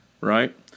Right